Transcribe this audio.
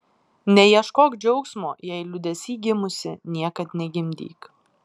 neieškok džiaugsmo jei liūdesy gimusi niekad negimdyk